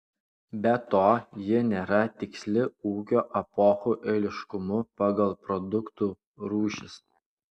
be to ji nėra tiksli ūkio epochų eiliškumu pagal produktų rūšis